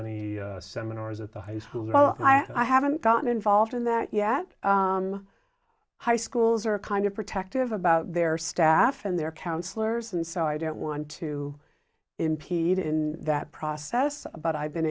any seminars at the high school well i haven't gotten involved in that yet high schools are kind of protective about their staff and their counselors and so i don't want to impede in that process but i've been